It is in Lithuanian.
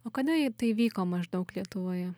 o kada jie tai vyko maždaug lietuvoje